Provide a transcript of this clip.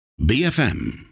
BFM